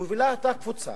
מובילה אותה קבוצה,